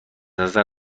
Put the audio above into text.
نظر